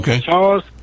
Charles